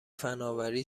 فنآوری